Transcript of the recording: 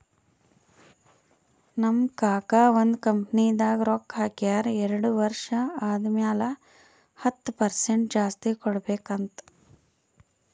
ನಮ್ ಕಾಕಾ ಒಂದ್ ಕಂಪನಿದಾಗ್ ರೊಕ್ಕಾ ಹಾಕ್ಯಾರ್ ಎರಡು ವರ್ಷ ಆದಮ್ಯಾಲ ಹತ್ತ್ ಪರ್ಸೆಂಟ್ ಜಾಸ್ತಿ ಕೊಡ್ಬೇಕ್ ಅಂತ್